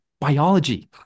biology